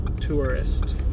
Tourist